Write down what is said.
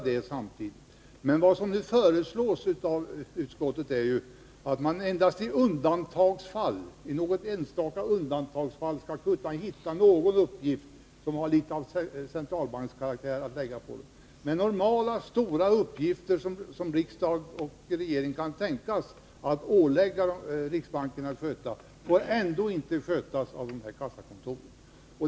Men vad utskottet nu föreslår är ju att man endast i något enstaka undantagsfall skall försöka hitta en uppgift som har något av centralbankskaraktär. Men normala stora uppgifter, som riksdag och regering kan tänkas ålägga riksbanken att sköta, får ändå inte skötas av dessa kassakontor.